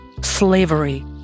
slavery